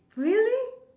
really